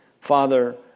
Father